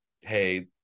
Hey